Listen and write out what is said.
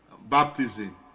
baptism